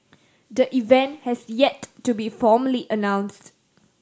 the event has yet to be formally announced